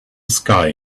sky